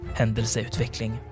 händelseutveckling